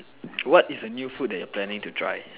what is a new food you are planning to try